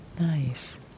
Nice